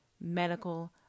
medical